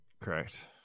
Correct